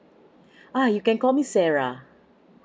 ah you can call me sarah